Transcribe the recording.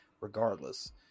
regardless